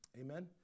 Amen